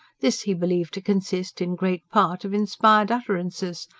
this he believed to consist, in great part, of inspired utterances,